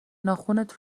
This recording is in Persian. ناخنت